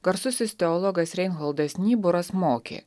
garsusis teologas reinholdas nyboras mokė